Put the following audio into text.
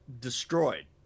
destroyed